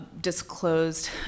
disclosed